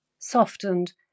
Softened